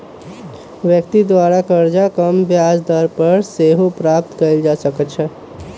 व्यक्ति द्वारा करजा कम ब्याज दर पर सेहो प्राप्त कएल जा सकइ छै